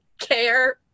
care